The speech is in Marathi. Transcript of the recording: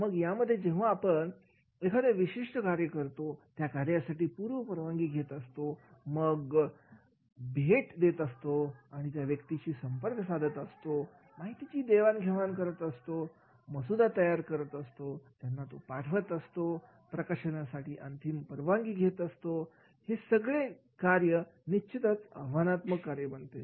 मग यामध्ये जेव्हा आपण एखाद्या विशिष्ट कार्य करतो त्या कार्यासाठी पूर्व परवानगी घेत असतो प्रत्यक्ष भेट देत असतो विविध व्यक्तींशी संपर्क साधत असतो माहितीची देवाण घेवाण करीत असतो मसुदा तयार करून तो त्यांना पाठवत असतो प्रकाशनासाठी अंतिम परवानगी घेत असतो हे सगळे कार्य निश्चितच आव्हानात्मक कार्य बनते